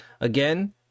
Again